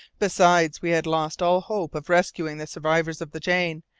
besides, we had lost all hope of rescuing the survivors of the jane,